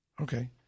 Okay